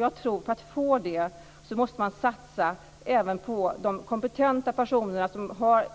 Jag tror att man för att få det måste satsa även på de kompetenta personer som har